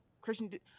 Christian